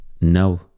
No